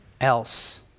else